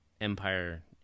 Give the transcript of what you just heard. Empire